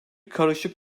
karışık